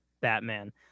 Batman